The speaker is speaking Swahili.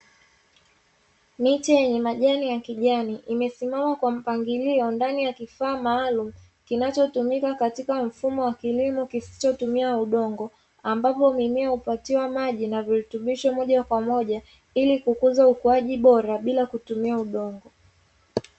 Miti wenye majani ya kijani imesimama kwa mpangilio ndani ya kifaa maalumu, kinachotumika katika mfumo wa kilimo kisichotumia udongo; ambapo mimea hupatiwa maji na virutubisho moja kwa moja ili kukuza ukuaji bora bila kutumia udongo.